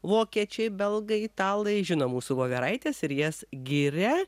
vokiečiai belgai italai žino mūsų voveraites ir jas giria